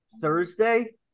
Thursday